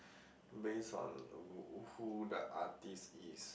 based on w~ who the artist is